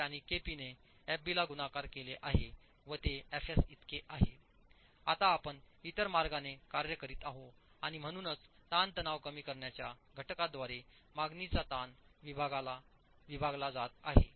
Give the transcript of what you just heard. केए आणिकेपी ने fb ला गुणाकार केले आहे व ते fs इतकेआहे आता आपण इतर मार्गाने कार्य करीत आहोत आणि म्हणूनच ताणतणाव कमी करण्याच्या घटकांद्वारे मागणीचा ताण विभागला जात आहे